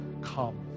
Come